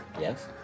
Yes